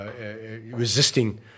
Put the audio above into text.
resisting